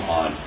on